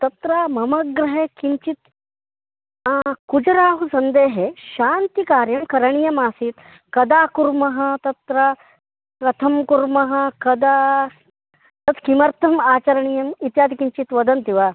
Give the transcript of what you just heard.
तत्र मम गृहे किञ्चित् कुजराहुसन्धेः शान्तिकार्यं करणीयमासीत् कदा कुर्मः तत्र कथं कुर्मः कदा तत्किमर्थमाचरणीयम् इत्यादि किञ्चित् वदन्ति वा